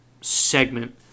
segment